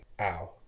ow